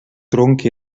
tronc